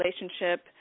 relationship